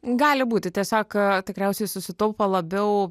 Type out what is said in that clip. gali būti tiesiog tikriausiai susitaupo labiau